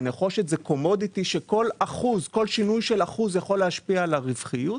ונחושת זה commodity שכל שינוי של אחוז יכול להשפיע על הרווחיות,